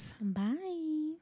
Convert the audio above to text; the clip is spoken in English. Bye